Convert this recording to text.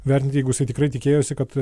vertinti jeigu jisai tikrai tikėjosi kad